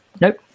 nope